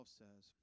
says